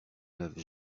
lave